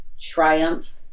triumph